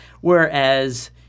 Whereas